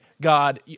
God